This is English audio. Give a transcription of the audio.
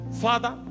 Father